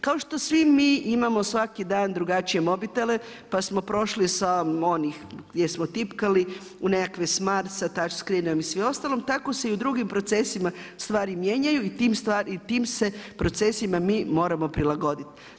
Kao što svi mi imamo svaki dan drugačije mobitele pa smo prošli sa onih gdje smo tipkali u nekakve smart sa touch screenom i svemu ostalom, tako se i u drugim procesima stvari mijenjaju i time se procesima mi moramo prilagoditi.